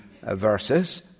verses